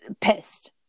pissed